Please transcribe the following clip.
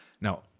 Now